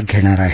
घेणार आहेत